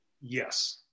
Yes